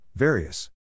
Various